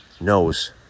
knows